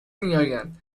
میآیند